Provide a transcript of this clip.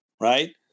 right